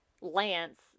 Lance